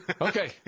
Okay